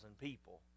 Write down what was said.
people